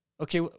okay